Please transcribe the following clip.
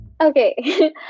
Okay